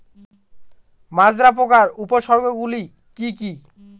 মাজরা পোকার উপসর্গগুলি কি কি?